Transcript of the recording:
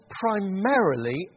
primarily